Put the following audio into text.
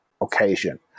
occasion